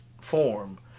form